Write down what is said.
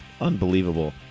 unbelievable